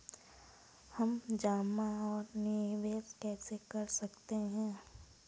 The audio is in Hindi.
हम जमा और निवेश कैसे कर सकते हैं?